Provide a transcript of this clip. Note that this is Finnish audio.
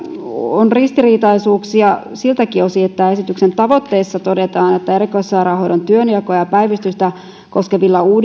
on ristiriitaisuuksia siltäkin osin että esityksen tavoitteissa todetaan että erikoissairaanhoidon työnjakoa ja päivystystä koskevilla